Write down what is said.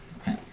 Okay